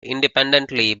independently